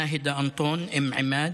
נאהידה אנטון אום עימאד,